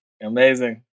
Amazing